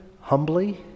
humbly